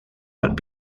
but